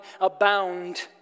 abound